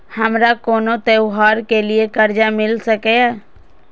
हमारा कोनो त्योहार के लिए कर्जा मिल सकीये?